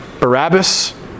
Barabbas